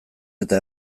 eta